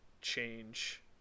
change